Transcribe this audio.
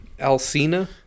Alcina